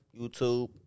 YouTube